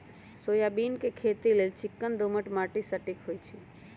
soybean के खेती लेल चिक्कन दोमट माटि सटिक होइ छइ